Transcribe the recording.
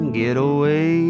getaway